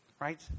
right